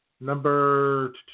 Number